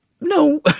no